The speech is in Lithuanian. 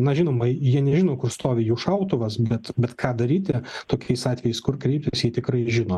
na žinoma jie nežino kur stovi jų šautuvas bet bet ką daryti tokiais atvejais kur kreiptis jie tikrai žino